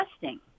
testing